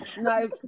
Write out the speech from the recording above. No